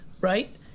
right